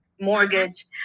mortgage